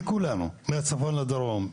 לכולנו מהצפון עד הדרום,